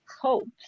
hopes